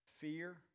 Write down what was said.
Fear